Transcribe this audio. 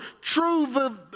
true